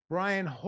Brian